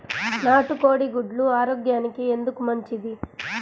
నాటు కోడి గుడ్లు ఆరోగ్యానికి ఎందుకు మంచిది?